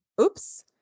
oops